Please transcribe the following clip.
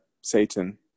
Satan